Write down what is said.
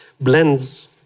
blends